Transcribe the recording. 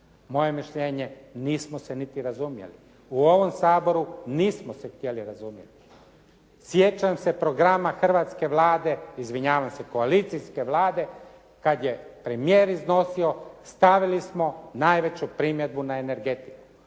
Moje mišljenje nismo se niti razumjeli. U ovom Saboru nismo se htjeli razumjeti. Sjećam se programa hrvatske Vlade, izvinjavam se koalicijske Vlade kad je premijer iznosio stavili smo najveću primjedbu na energetiku.